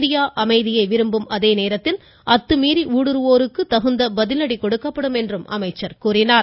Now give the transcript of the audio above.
India அமைதியை விரும்பும் அதே நேரத்தில் அத்துமீறி ஊடுருவோருக்கு தகுந்த பதிலடி கொடுக்கப்படும் என்றார்